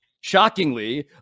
shockingly